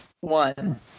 one